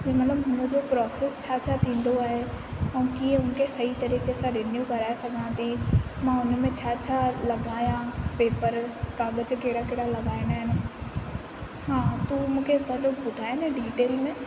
त मतलबु हुन जो प्रोसेस छा छा थींदो आहे ऐं कीअं हुन खे सही तरीक़े सां रिन्यू कराए सघां थी मां उन में छा छा लॻायां पेपर कागज़ कहिड़ा कहिड़ा लॻाइणा आहिनि हा तूं मूंखे सॼो ॿुधाए न डीटेल में